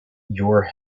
your